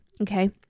Okay